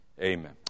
Amen